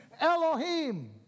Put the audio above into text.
Elohim